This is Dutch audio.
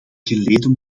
geleden